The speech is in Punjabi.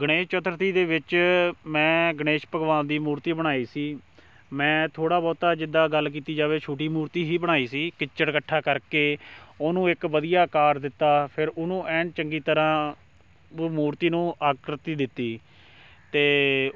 ਗਣੇਸ਼ ਚਤੁਰਥੀ ਦੇ ਵਿੱਚ ਮੈਂ ਗਣੇਸ਼ ਭਗਵਾਨ ਦੀ ਮੂਰਤੀ ਬਣਾਈ ਸੀ ਮੈਂ ਥੋੜ੍ਹਾ ਬਹੁਤਾ ਜਿੱਦਾਂ ਗੱਲ ਕੀਤੀ ਛੋਟੀ ਮੂਰਤੀ ਬਣਾਈ ਸੀ ਚਿੱਕੜ ਇਕੱਠਾ ਕਰਕੇ ਉਹਨੂੰ ਇੱਕ ਵਧੀਆ ਅਕਾਰ ਦਿੱਤਾ ਫਿਰ ਉਹਨੂੰ ਐਨ ਚੰਗੀ ਤਰ੍ਹਾਂ ਉਹ ਮੂਰਤੀ ਨੂੰ ਆਕ੍ਰਿਤੀ ਦਿੱਤੀ ਅਤੇ